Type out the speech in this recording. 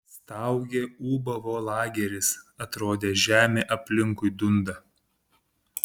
staugė ūbavo lageris atrodė žemė aplinkui dunda